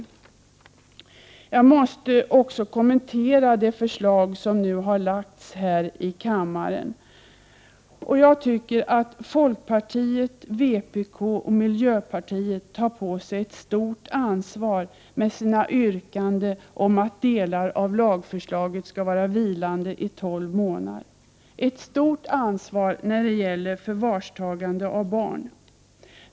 Jag måste också kommentera det förslag som nu lagts fram här i kammaren. Jag tycker att folkpartiet, vpk och miljöpartiet tar på sig ett stort ansvar med sitt yrkande om att delar av lagförslaget skall vara vilande i tolv månader, ett stort ansvar när det gäller förvarstagande av barn.